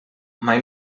mai